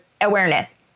awareness